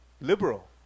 Liberal